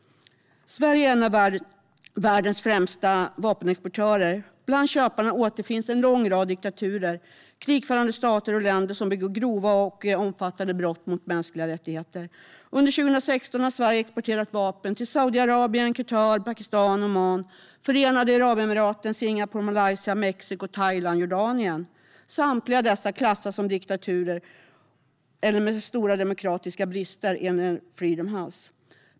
Sverige är en av världens främsta vapenexportörer. Bland köparna återfinns en lång rad diktaturer, krigförande stater och länder som begår grova och omfattande brott mot mänskliga rättigheter. Under 2016 har Sverige exporterat vapen till Saudiarabien, Qatar, Pakistan, Oman, Förenade Arabemiraten, Singapore, Malaysia, Mexiko, Thailand och Jordanien. Samtliga dessa stater klassas som diktaturer eller har stora demokratiska brister, enligt Freedom House.